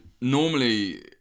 Normally